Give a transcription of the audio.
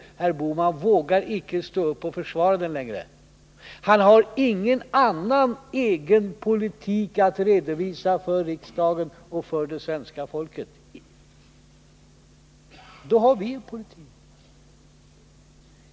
Herr Bohman vågar icke stå upp och försvara den längre. Han har ingen annan egen politik att redovisa för riksdagen och för det svenska folket. Då har vi en politik.